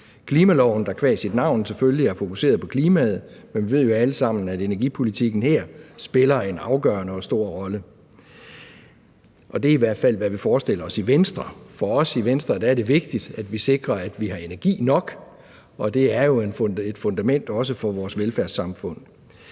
Klimaloven er qua sit navn selvfølgelig fokuseret på klimaet, men vi ved jo alle sammen, at energipolitikken her spiller en afgørende og stor rolle. Det er i hvert fald, hvad vi forestiller os i Venstre. For os i Venstre er det vigtigt, at vi sikrer, at vi har energi nok, og det er jo et fundament også for vores velfærdssamfund.